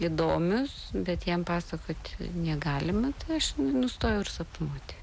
įdomius bet jam pasakoti negalima tai aš nustojau ir sapnuoti